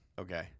Okay